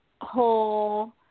whole